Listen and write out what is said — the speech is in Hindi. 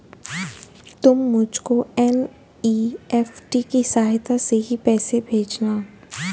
तुम मुझको एन.ई.एफ.टी की सहायता से ही पैसे भेजना